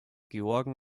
georgen